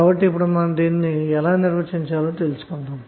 సరే ఇప్పుడు సరళత ని ఎలా నిర్వచించాలో తెలుసుకొందాము